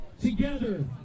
together